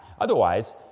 Otherwise